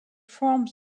forms